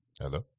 hello